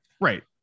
Right